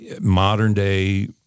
modern-day